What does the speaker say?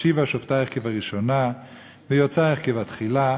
ואשיבה שפטיך כבראשנה ויעציך כבתחלה,